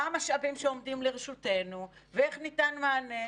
מה המשאבים שעומדים לרשותנו ואיך ניתן מענה.